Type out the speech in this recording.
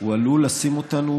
הוא עלול לשים אותנו